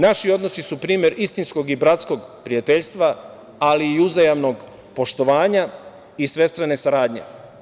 Naši odnosi su primer istinskog i bratskog prijateljstva, ali i uzajamnog poštovanja i svestrane saradnje.